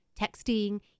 Texting